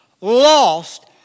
lost